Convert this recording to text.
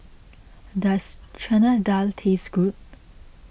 does Chana Dal taste good